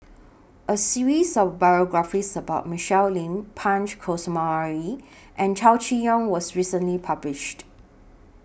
A series of biographies about Michelle Lim Punch Coomaraswamy and Chow Chee Yong was recently published